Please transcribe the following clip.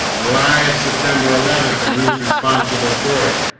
the lie of september eleventh, and who's responsible for it